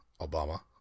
Obama